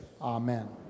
amen